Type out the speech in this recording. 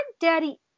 daddy